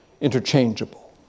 interchangeable